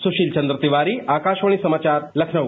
सुशील चंद्र तिवारी आकाशवाणी समाचार लखनऊ